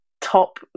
Top